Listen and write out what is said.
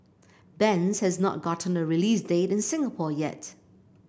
bends has not gotten a release date in Singapore yet